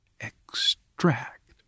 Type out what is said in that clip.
Extract